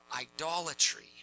idolatry